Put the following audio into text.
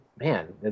man